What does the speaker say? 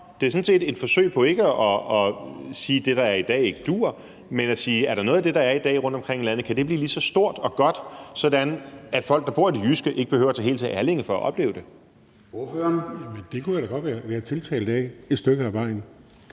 Det er sådan set et forsøg på ikke at sige, at det, der er i dag, ikke duer, men at sige: Er der noget af det, der er i dag rundtomkring i landet, der kan blive lige så stort og godt, sådan at folk, der bor i det jyske, ikke behøver at tage helt til Allinge for at opleve det? Kl. 13:58 Formanden (Søren Gade): Ordføreren.